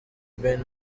ben